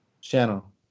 Channel